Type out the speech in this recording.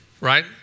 right